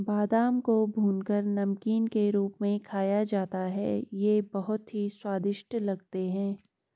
बादाम को भूनकर नमकीन के रूप में खाया जाता है ये बहुत ही स्वादिष्ट लगते हैं